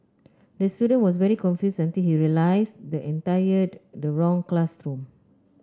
the student was very confused until he realised the entire the wrong classroom